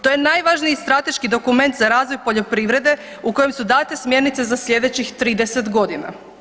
To je najvažniji strateški dokument za razvoj poljoprivrede u kojem su date smjernice za slijedećih 30 godina.